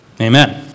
Amen